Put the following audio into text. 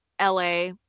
la